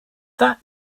that